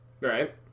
Right